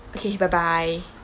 okay bye bye